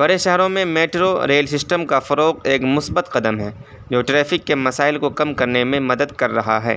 بڑے شہروں میں میٹرو ریل سسٹم کا فروغ ایک مثبت قدم ہے جو ٹریفک کے مسائل کو کم کرنے میں مدد کر رہا ہے